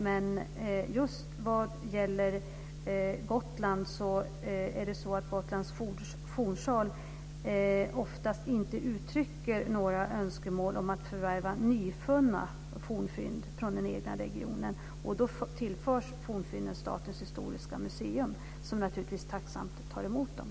Men Gotlands fornsal uttrycker oftast inte några önskemål om att förvärva nyfunna fornfynd från den egna regionen. Då tillförs fornfynden Statens historiska museum, som naturligtvis tacksamt tar emot dem.